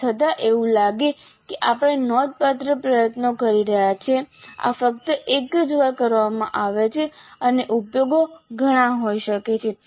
તેમ છતાં એવું લાગે છે કે આપણે નોંધપાત્ર પ્રયત્નો કરી રહ્યા છીએ આ ફક્ત એક જ વાર કરવામાં આવે છે અને ઉપયોગો ઘણા હોઈ શકે છે